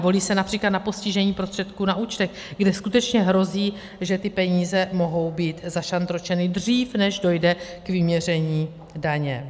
Volí se např. na postižení prostředků na účtech, kde skutečně hrozí, že ty peníze mohou být zašantročeny dřív, než dojde k vyměření daně.